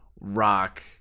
rock